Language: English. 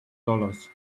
dollars